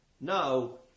no